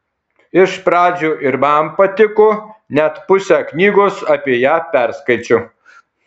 iš pradžių ir man patiko net pusę knygos apie ją perskaičiau